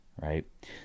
right